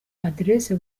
adresse